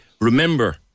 remember